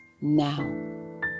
Now